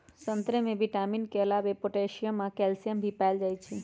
संतरे में विटामिन के अलावे पोटासियम आ कैल्सियम भी पाएल जाई छई